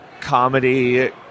comedy